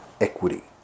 equity